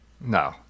No